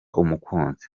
umukunzi